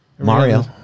Mario